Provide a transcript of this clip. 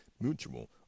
mutual